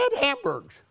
hamburgers